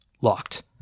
Locked